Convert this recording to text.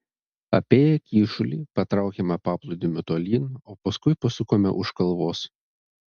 apėję kyšulį patraukėme paplūdimiu tolyn o paskui pasukome už kalvos